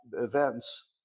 events